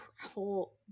travel